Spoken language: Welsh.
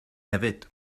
hefyd